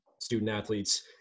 student-athletes